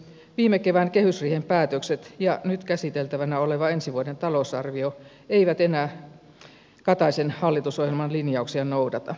viime kevään kehysriihen päätökset ja nyt käsiteltävänä oleva ensi vuoden talousarvio eivät enää kataisen hallitusohjelman linjauksia noudata